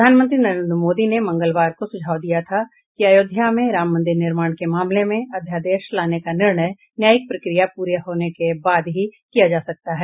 प्रधानमंत्री नरेन्द्र मोदी ने मंगलवार को सुझाव दिया था कि अयोध्या में राम मंदिर निर्माण के बारे में अध्यादेश लाने का निर्णय न्यायिक प्रक्रिया पूरी होने के बाद ही किया जा सकता है